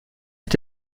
est